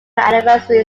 anniversary